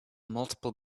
multiple